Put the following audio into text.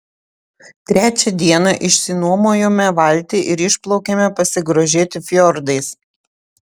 trečią dieną išsinuomojome valtį ir išplaukėme pasigrožėti fjordais